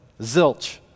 zilch